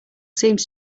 seems